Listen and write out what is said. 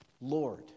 Lord